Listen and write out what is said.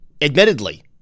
admittedly